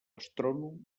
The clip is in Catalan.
astrònom